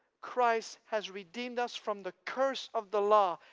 christ has redeemed us from the curse of the law,